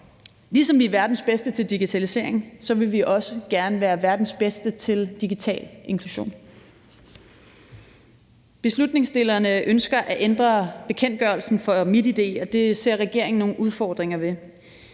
Ligesom vi er verdens bedste til digitalisering, vil vi også gerne være verdens bedste til digital inklusion. Beslutningsforslagsstillingerne ønsker at ændre bekendtgørelsen for MitID, og det ser regeringen nogle udfordringer ved.